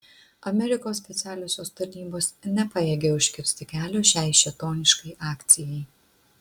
amerikos specialiosios tarnybos nepajėgė užkirsti kelio šiai šėtoniškai akcijai